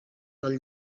del